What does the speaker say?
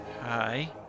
Hi